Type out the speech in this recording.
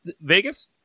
Vegas